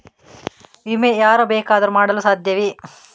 ವಿಮೆ ಯಾರು ಬೇಕಾದರೂ ಮಾಡಲು ಸಾಧ್ಯವೇ?